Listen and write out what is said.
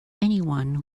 anyone